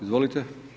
Izvolite.